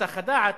בהיסח הדעת,